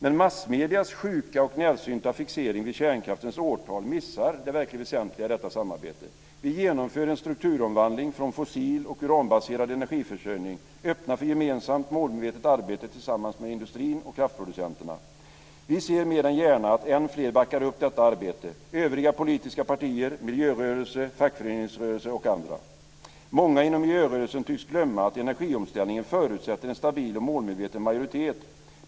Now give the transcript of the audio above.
Men massmediernas sjuka och närsynta fixering vid kärnkraftens årtal missar det verkligt väsentliga i detta samarbete. Vi genomför en strukturomvandling från fossil och uranbaserad energiförsörjning och öppnar för ett gemensamt målmedvetet arbete tillsammans med industrin och kraftproducenterna. Vi ser mer än gärna att fler backar upp detta arbete, övriga politiska partier, miljörörelse, fackföreningsrörelse och andra. Många inom miljörörelsen tycks glömma att energiomställningen förutsätter en stabil och målmedveten majoritet.